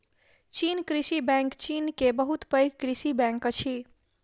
चीन कृषि बैंक चीन के बहुत पैघ कृषि बैंक अछि